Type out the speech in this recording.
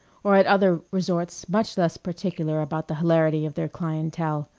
or at other resorts much less particular about the hilarity of their clientele.